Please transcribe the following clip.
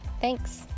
thanks